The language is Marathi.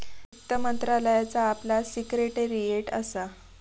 वित्त मंत्रालयाचा आपला सिक्रेटेरीयेट असा